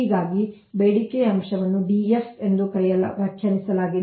ಹೀಗಾಗಿ ಬೇಡಿಕೆಯ ಅಂಶವನ್ನು DF ಎಂದು ವ್ಯಾಖ್ಯಾನಿಸಲಾಗಿದೆ